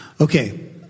Okay